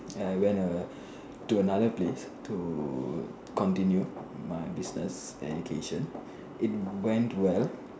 and I went uh to another place to continue my business education it went well